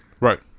Right